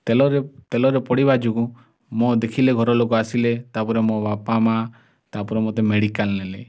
ତେଲରେ ତେଲରେ ପଡ଼ିବା ଯୋଗୁଁ ମୋ ଦେଖିଲେ ଘର ଲୋକ ଆସିଲେ ତା'ପରେ ମୋ ବାପା ମାଆ ତା'ପରେ ମୋତେ ମେଡ଼ିକାଲ୍ ନେଲେ